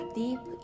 deep